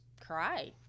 cry